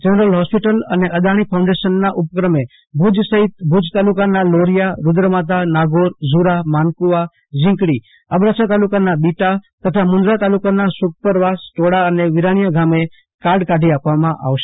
general hospital અને અદાણી ફાઉન્ડેશનના ઉપક્રમે ભુજ સફિત ભુજ તાલુકાના લોરિયારૂદ્રમાતા નાગોર ઝુરામાનકુવાઝીકડી અબડાસા તાલુકાના બિદ્દા તથા મુન્દ્રા તાલુકાના સુખપરવાસ ટોડા અને વિરાણીયા ગામે કાર્ડ કાઢી આપવામાં આવશે